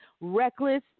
reckless